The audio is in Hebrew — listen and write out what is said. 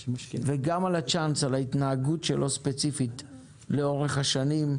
וגם על ההתנהגות של הגרלת הצ'אנס לאורך השנים,